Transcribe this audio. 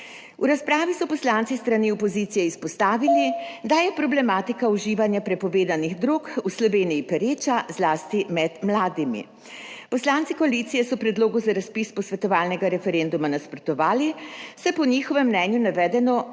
V razpravi so poslanci s strani opozicije izpostavili, da je problematika uživanja prepovedanih drog v Sloveniji pereča zlasti med mladimi. Poslanci koalicije so predlogu za razpis posvetovalnega referenduma nasprotovali, saj po njihovem mnenju navedeno